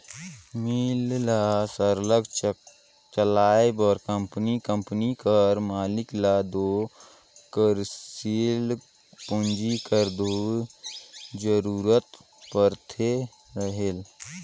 मील ल सरलग चलाए बर कंपनी कंपनी कर मालिक ल दो कारसील पूंजी कर दो जरूरत परते रहेल